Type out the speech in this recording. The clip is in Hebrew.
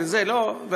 לא.